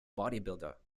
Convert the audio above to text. bodybuilder